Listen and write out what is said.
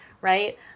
right